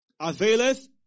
availeth